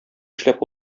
эшләп